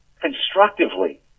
constructively